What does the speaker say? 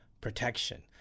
protection